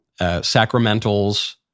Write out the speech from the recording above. sacramentals